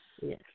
Yes